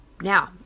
Now